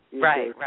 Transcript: Right